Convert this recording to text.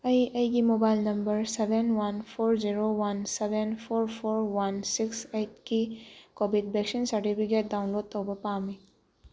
ꯑꯩ ꯑꯩꯒꯤ mobile number seven one four zero one seven four four one six ꯑꯩꯠꯀꯤ Covid vaccine certificate download ꯇꯧꯕ ꯄꯥꯝꯃꯤ